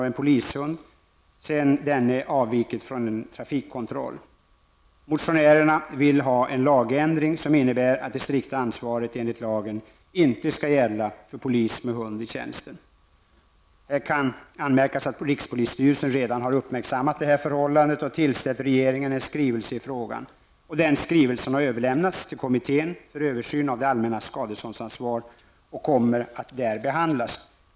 Motionärerna vill ha en lagändring som innebär att det strikta ansvaret enligt lagen inte skall gälla för polis med hund i tjänst. Här kan anmärkas att rikspolisstyrelsen redan uppmärksammat förhållandet och tillställt regeringen en skrivelse i frågan. Denna skrivelse har överlämnats till kommittén för översyn av det allmännas skadeståndsansvar och kommer att där behandlas.